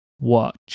watch